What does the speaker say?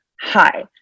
hi